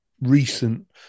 recent